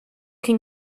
can